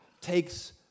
takes